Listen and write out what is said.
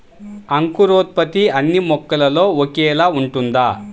అంకురోత్పత్తి అన్నీ మొక్కలో ఒకేలా ఉంటుందా?